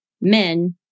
men